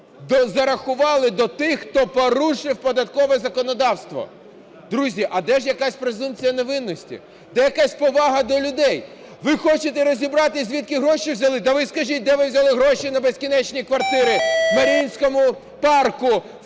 зарахували до тих, хто порушив податкове законодавство. Друзі, а де ж якась презумпція невинуватості? Де якась повага до людей? Ви хочете розібратись, звідки гроші взяли? Да ви скажіть, де ви взяли гроші на безкінечні квартири в Маріїнському парку,